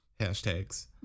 Hashtags